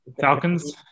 Falcons